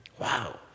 Wow